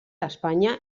espanya